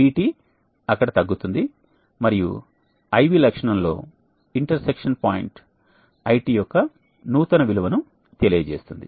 VT అక్కడ తగ్గుతుంది మరియు I V లక్షణం లో ఇంటర్ సెక్షన్ పాయింట్ IT యొక్క నూతన విలువను తెలియజేస్తుంది